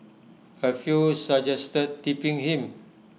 A few suggested tipping him